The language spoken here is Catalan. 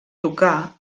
tocar